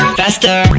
faster